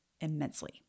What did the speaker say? immensely